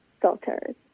filters